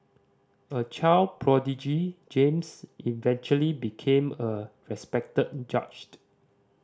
a child prodigy James eventually became a respected judge